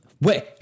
wait